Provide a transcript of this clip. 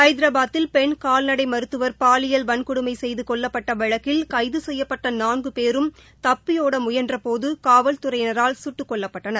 ஐதராபாத்தில் பெண் கால்நடை மருத்துவர் பாலியல் வன்கொடுமை செய்து கொல்லப்பட்ட வழக்கில் கைது செய்யப்பட்ட நான்கு பேரும் தப்பியோட முயன்றபோது காவல்துறையினரால் சுட்டு கொல்லப்பட்டனர்